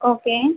okay